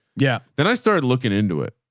yeah. then i started looking into it.